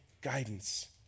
guidance